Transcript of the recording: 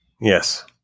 Yes